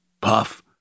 puff